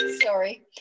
sorry